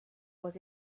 was